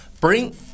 Bring